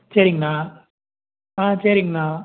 சரிங்ண்ணா ஆ சரிங்ண்ணா